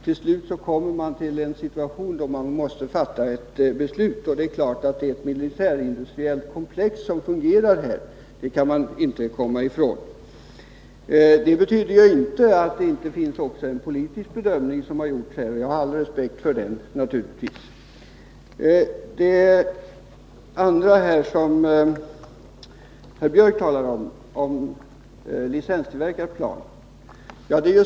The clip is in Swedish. Till slut kommer man till en situation då man måste fatta beslut — och det är klart att det är ett militärindustriellt komplex som fungerar här. Det kan man inte komma ifrån. Det betyder inte att det inte också har gjorts en politisk bedömning — och jag har naturligtvis all respekt för den. Gunnar Björk i Gävle tog upp frågan om de svensktillverkade planen.